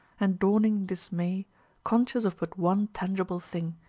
and dawning dismay conscious of but one tangible thing,